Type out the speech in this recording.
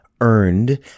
earned